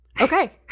Okay